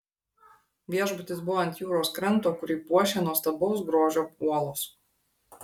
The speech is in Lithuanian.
viešbutis buvo ant jūros kranto kurį puošia nuostabaus grožio uolos